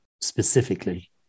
specifically